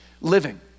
living